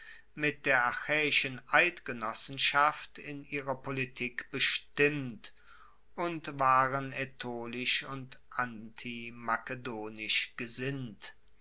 mit der achaeischen eidgenossenschaft in ihrer politik bestimmt und waren aetolisch und antimakedonisch gesinnt